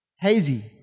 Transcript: Hazy